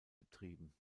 betrieben